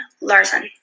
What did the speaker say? Larson